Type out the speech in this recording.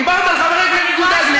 דיברת על חבר הכנסת יהודה גליק,